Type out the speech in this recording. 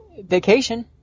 Vacation